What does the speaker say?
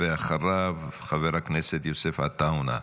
אחריו, חבר הכנסת יוסף עטאונה.